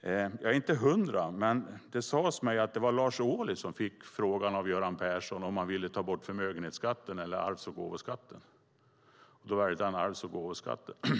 Jag är inte hundra procent säker, men det sades mig att Lars Ohly av Göran Persson fick frågan om han ville ta bort förmögenhetsskatten eller arvs och gåvoskatten, och då valde han arvs och gåvoskatten.